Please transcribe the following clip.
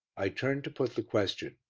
i turned to put the question.